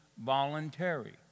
voluntary